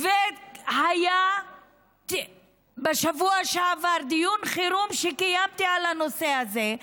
והיה בשבוע שעבר דיון חירום שקיימתי על הנושא הזה,